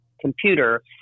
computer